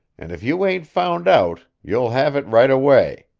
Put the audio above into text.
and if you ain't found out you'll have it right away.